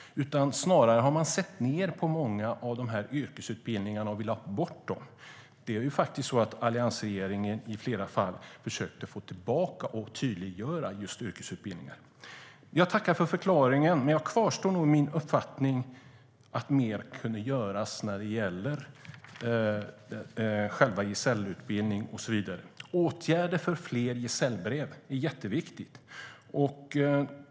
Man har snarast sett ned på många av yrkesutbildningarna och velat ha bort dem. I flera fall försökte alliansregeringen faktiskt få tillbaka yrkesutbildningar och tydliggöra dem. Jag tackar för förklaringen, men jag kvarstår i min uppfattning att mer kunde göras när det gäller själva gesällutbildningen och så vidare. Åtgärder för fler gesällbrev är jätteviktiga.